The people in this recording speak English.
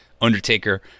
Undertaker